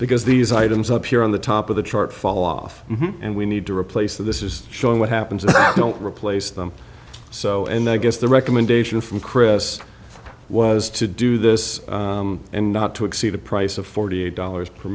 because these items up here on the top of the chart fall off and we need to replace this is showing what happens that don't replace them so and i guess the recommendation from chris was to do this and not to exceed the price of forty eight dollars per